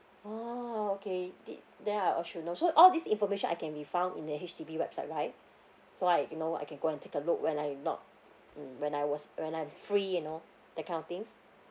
oh okay did then I ought should know so all these information I can be found in the H_D_B website right so I you know I can go and take a look when I'm not mm when I was when I'm free you know that kind of things